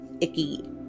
icky